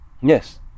yes